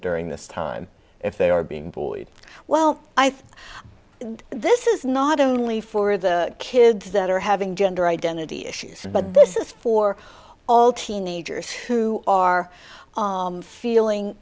during this time if they are being boy well i think this is not only for the kids that are having gender identity issues but this is for all teenagers who are feeling